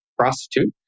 prostitute